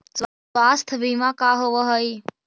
स्वास्थ्य बीमा का होव हइ?